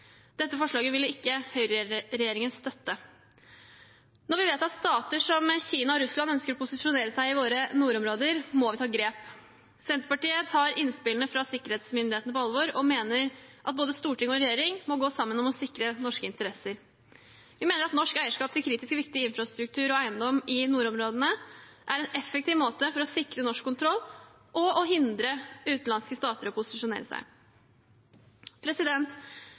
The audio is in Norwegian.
Dette forslaget ville ikke regjeringspartiene støtte. Når vi vet at stater som Kina og Russland ønsker å posisjonere seg i våre nordområder, må vi ta grep. Senterpartiet tar innspillene fra sikkerhetsmyndighetene på alvor, og mener at storting og regjering må gå sammen om å sikre norske interesser. Vi mener at norsk eierskap til kritisk viktig infrastruktur og eiendom i nordområdene er en effektiv måte for å sikre norsk kontroll og å hindre utenlandske stater i å posisjonere seg.